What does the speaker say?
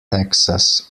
texas